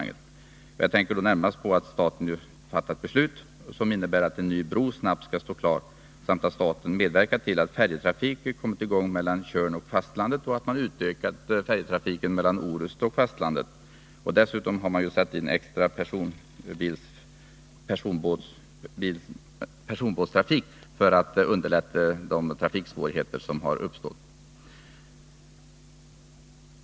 Jag tänker då närmast på att staten fattat beslut som innebär att en ny bro snabbt skall stå klar samt att staten medverkat till att färjetrafik kommit i gång mellan Tjörn och fastlandet och till att färjetrafiken mellan Orust och fastlandet utökats. Dessutom har det satts in extra personbåtstrafik för att mildra de trafiksvårigheter som uppstått.